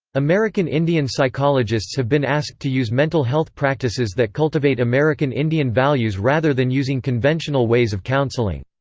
american indian psychologists have been asked to use mental health practices that cultivate american indian values rather than using conventional ways of counseling.